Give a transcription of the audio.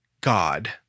God